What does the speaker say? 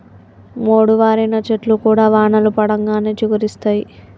మోడువారిన చెట్లు కూడా వానలు పడంగానే చిగురిస్తయి